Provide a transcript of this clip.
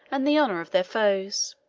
and the honor of their foes.